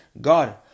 God